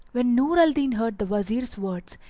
when nur al-din heard the wazir's words,